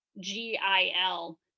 G-I-L